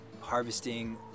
Harvesting